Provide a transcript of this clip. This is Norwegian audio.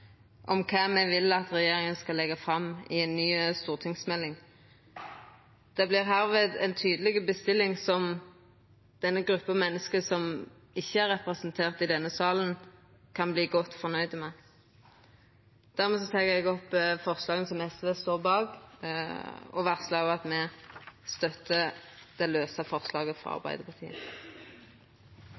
om kva me vil at regjeringa skal leggja fram i ei ny stortingsmelding. Det vert hermed ei tydeleg bestilling som denne gruppa menneske, som ikkje er representert i denne salen, kan verta godt fornøgd med. Dermed tilrår eg dei forslaga som SV står bak, og varslar òg at me støttar det lause forslaget frå Arbeidarpartiet.